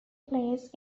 plays